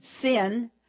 sin